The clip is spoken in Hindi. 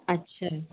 अच्छा